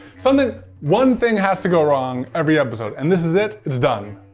something, one thing has to go wrong every episode. and this is it, it's done.